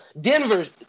Denver's